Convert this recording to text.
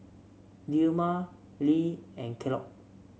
Dilmah Lee and Kellogg